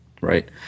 Right